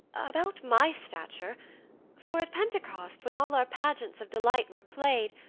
about my stature for at pentecost, when all our pageants of delight were play'd,